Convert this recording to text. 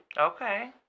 Okay